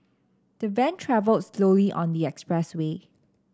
the van travelled slowly on the express way